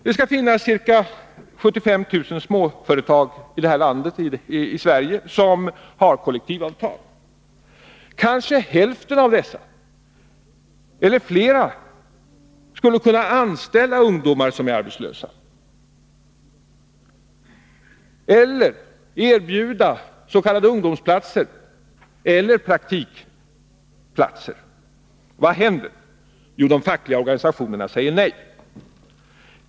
Det skall finnas ca 75 000 småföretag i Sverige som har kollektivavtal. Kanske hälften av dessa, eller fler, skulle kunna anställa ungdomar som är arbetslösa eller erbjuda s.k. ungdomsplatser eller praktikplatser. Vad händer? Jo, de fackliga organisationerna säger nej.